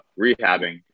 rehabbing